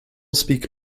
speak